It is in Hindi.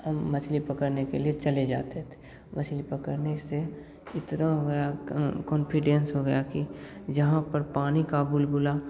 हम मछली पकड़ने के लिए चले जाते थे मछली पकड़ने से इतना हो गया कौन कॉन्फिडेंस हो गया कि जहाँ पर पानी का बुलबुला